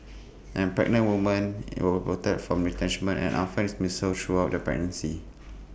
and pregnant woman will protected from retrenchment and unfair dismissal throughout the pregnancy